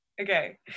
Okay